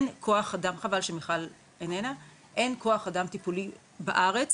חבל שמיכל איננה, אין כוח אדם טיפולי בארץ